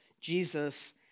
Jesus